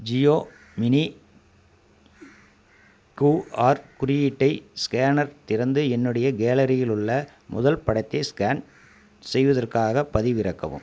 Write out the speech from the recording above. Jio mini QR குறியீட்டை scanner திறந்து என்னுடைய கேலரியில் உள்ள முதல் படத்தை ஸ்கேன் செய்வதற்காகப் பதிவிறக்கவும்